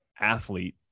athlete